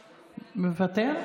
מוותר,